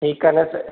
ठीकु आहे न